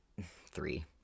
three